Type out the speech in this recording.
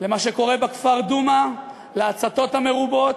למה שקורה בכפר דומא, להצתות המרובות,